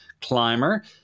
Climber